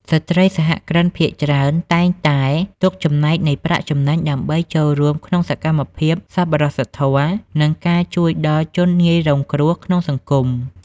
ស្ត្រីសហគ្រិនភាគច្រើនតែងតែទុកចំណែកនៃប្រាក់ចំណេញ ដើម្បីចូលរួមក្នុងសកម្មភាពសប្បុរសធម៌ និងការជួយដល់ជនងាយរងគ្រោះក្នុងសង្គម។